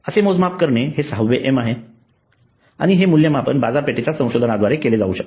असे मोजमाप करणे हे साहवे एम आहे आणि हे मूल्यमापन बाजारपेठेच्या संशोधनाद्वारे केले जाऊ शकते